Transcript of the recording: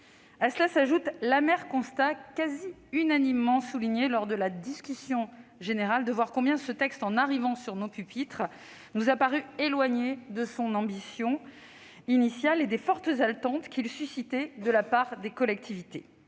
À cela s'ajoute l'amer constat, quasi unanimement souligné lors de la discussion générale, de voir combien ce texte, en arrivant sur nos pupitres, nous a paru éloigné de son ambition initiale et des fortes attentes qu'il suscitait de la part des collectivités,